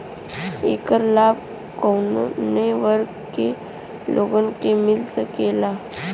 ऐकर लाभ काउने वर्ग के लोगन के मिल सकेला?